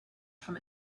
from